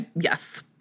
Yes